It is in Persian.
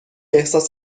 احساس